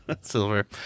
silver